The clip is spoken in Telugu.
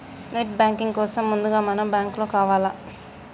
నెట్ బ్యాంకింగ్ కోసం ముందుగా మనం బ్యాంకులో కలవాలే